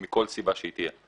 מכל סיבה שתהיה.